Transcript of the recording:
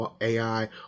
AI